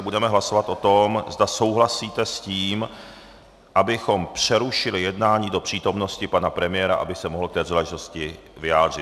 Budeme hlasovat o tom, zda souhlasíte s tím, abychom přerušili jednání do přítomnosti pana premiéra, aby se mohl k této záležitosti vyjádřit.